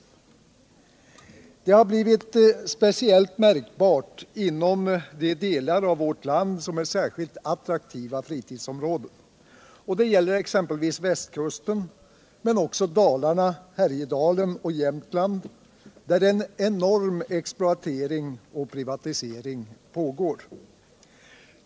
Detta har blivit speciellt märkbart inom de delar av vårt land som är särskilt attraktiva fritidsområden. Det gäller exempelvis Västkusten men också Dalarna, Härjedalen och Jämtland, där en enorm exploatering och privatisering pågår.